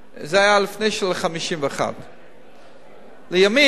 זה היה לפני שהיה צריך 51. לימים